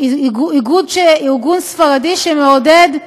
ארגון ספרדי שמעודד,